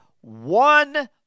one